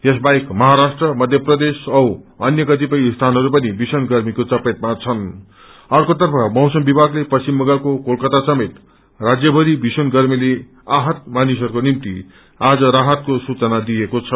यसबाहेक महाराष्ट्र मध्यप्रदेश औ अन्य कतिपय स्थानहरू पनि भीषण गमीग्को चपेटमा छनृं अर्कोतर्फ मौसम विभागले पश्चिम बंगालको कोलकातासमेत राज्यभरि भीषण गर्मीले आहत मानिसहरूको निम्ति आज राहतको सूचना दिएको छ